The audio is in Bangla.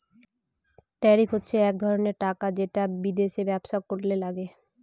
ট্যারিফ হচ্ছে এক ধরনের টাকা যেটা বিদেশে ব্যবসা করলে লাগে